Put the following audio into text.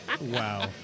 Wow